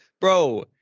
bro